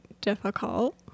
difficult